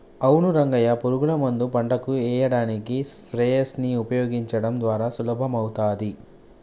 అవును రంగయ్య పురుగుల మందు పంటకు ఎయ్యడానికి స్ప్రయెర్స్ నీ ఉపయోగించడం ద్వారా సులభమవుతాది